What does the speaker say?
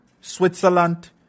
Switzerland